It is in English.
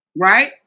right